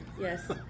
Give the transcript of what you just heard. Yes